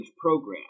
program